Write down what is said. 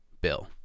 Bill